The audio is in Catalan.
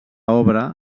obra